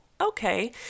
okay